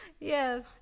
yes